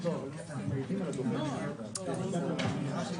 כשאתה צריך